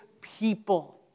people